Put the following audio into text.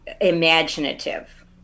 imaginative